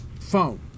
phone